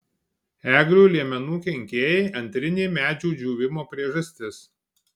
eglių liemenų kenkėjai antrinė medžių džiūvimo priežastis